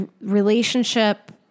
relationship